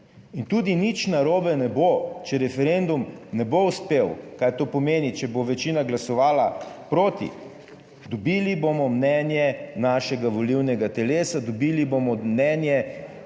in tudi nič narobe ne bo, če referendum ne bo uspel. Kaj to pomeni? Če bo večina glasovala proti. Dobili bomo mnenje našega volilnega telesa, dobili bomo mnenje